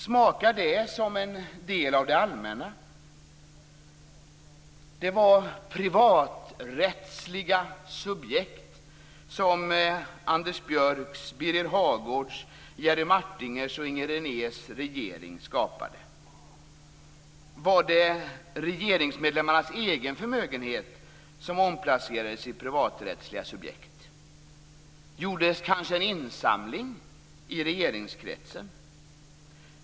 Smakar de som en del av det allmänna? Det var privaträttsliga subjekt som Anders Björcks, Birger Hagårds, Jerry Martingers och Inger Renés regering skapade. Var det regeringsmedlemmarnas egen förmögenhet som omplacerades i privaträttsliga subjekt? Gjordes kanske en insamling i regeringskretsen?